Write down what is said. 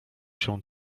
się